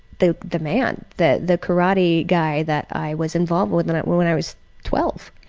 the the man, the the karate guy that i was involved with when i when i was twelve.